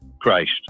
Christ